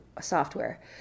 software